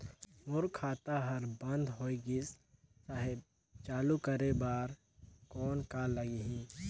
मोर खाता हर बंद होय गिस साहेब चालू करे बार कौन का लगही?